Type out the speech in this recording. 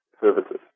services